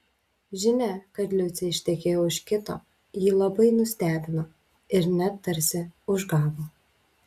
žinia kad liucė ištekėjo už kito jį labai nustebino ir net tarsi užgavo